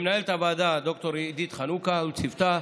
למנהלת הוועדה ד"ר עידית חנוכה ולצוותה,